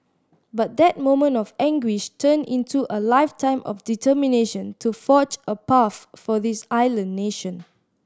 but that moment of anguish turned into a lifetime of determination to forge a path for this island nation